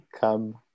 come